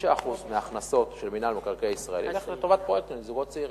5% מההכנסות של מינהל מקרקעי ישראל ילכו לטובת פרויקטים לזוגות צעירים.